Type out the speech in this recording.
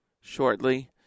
shortly